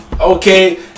Okay